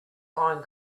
find